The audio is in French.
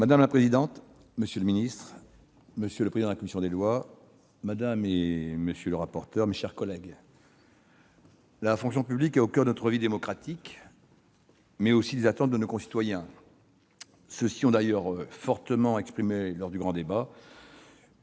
Madame la présidente, monsieur le secrétaire d'État, monsieur le président de la commission des lois, madame, monsieur les rapporteurs, mes chers collègues, la fonction publique est au coeur de notre vie démocratique, mais aussi des attentes de nos concitoyens. Ceux-ci les ont d'ailleurs vivement exprimées lors du grand débat